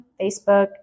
Facebook